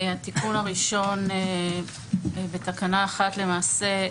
התיקון הראשון, ותקנה 1 למעשה,